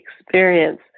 experience